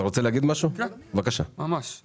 יש פה